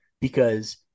because-